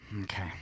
Okay